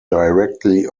directly